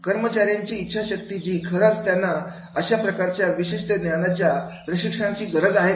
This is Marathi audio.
कर्मचाऱ्यांची इच्छाशक्ती जी खरच त्यांना अशा प्रकारच्या विशिष्ट ज्ञानाच्या प्रशिक्षणाची गरज आहे का